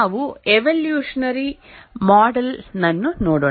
ನಾವು evolutionary model ನನ್ನು ನೋಡೋಣ